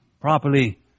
properly